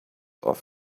off